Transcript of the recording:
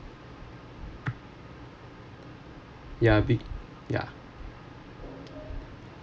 yeah b~ yeah